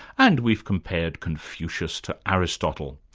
and we've compared confucius to aristotle.